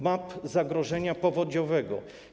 Map zagrożenia powodziowego.